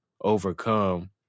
overcome